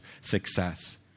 success